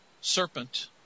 serpent